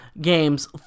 games